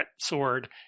sword